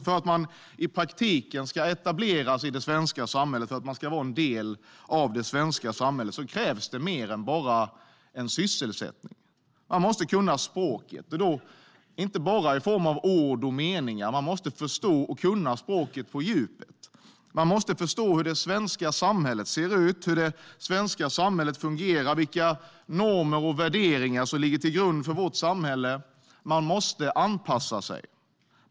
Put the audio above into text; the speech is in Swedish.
För att man i praktiken ska etableras och vara en del av det svenska samhället krävs mer än bara sysselsättning. Man måste kunna språket, inte bara i form av ord och meningar, utan man måste förstå och kunna språket på djupet. Man måste förstå hur det svenska samhället ser ut och fungerar och vilka normer och värderingar som ligger till grund för vårt samhälle. Man måste anpassa sig.